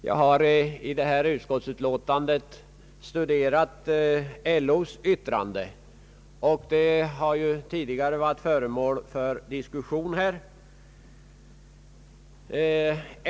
Jag har i detta utlåtande studerat LO:s yttrande — det har ju tidigare varit föremål för diskussion.